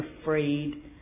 afraid